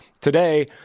Today